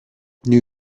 new